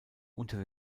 unter